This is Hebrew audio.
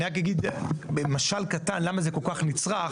אני רק אגיד במשל קטן למה זה כל כך נצטרך?